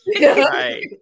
Right